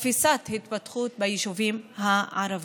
אפיסת התפתחות ביישובים הערביים.